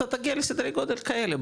אתה תגיע לסדרי גודל כאלה,